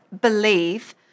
believe